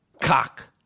cock